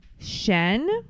shen